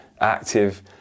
active